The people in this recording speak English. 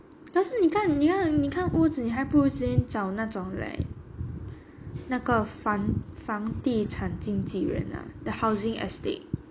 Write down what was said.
但是你看你看你看屋子你还不如直接找那种 like 那个房房地产经纪人啊 the housing estate